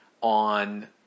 on